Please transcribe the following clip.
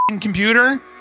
computer